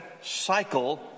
cycle